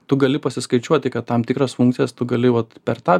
tu gali pasiskaičiuoti kad tam tikras funkcijas tu gali vat per tą